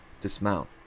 dismount